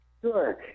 Sure